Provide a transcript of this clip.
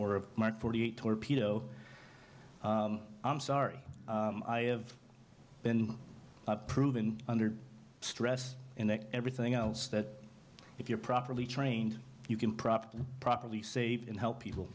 of mark forty eight torpedo i'm sorry i have been proven under stress in everything else that if you're properly trained you can properly properly save and help people